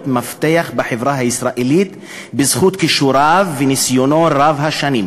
מפתח בחברה הישראלית בזכות כישוריו וניסיונו רב-השנים.